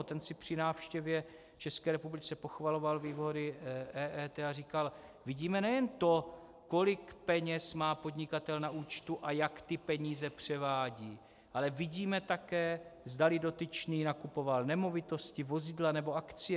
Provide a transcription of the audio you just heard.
Ten si při návštěvě v České republice pochvaloval výhody EET a říkal: Vidíme nejen to, kolik peněz má podnikatel na účtu a jak ty peníze převádí, ale vidíme také, zdali dotyčný nakupoval nemovitosti, vozidla nebo akcie.